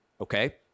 okay